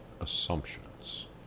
Assumptions